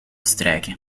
strijken